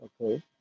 Okay